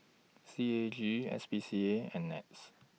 C A G S P C A and Nets